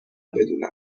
بدونم